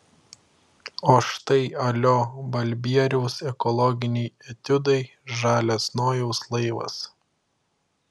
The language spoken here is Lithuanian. o štai alio balbieriaus ekologiniai etiudai žalias nojaus laivas